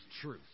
truth